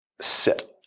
sit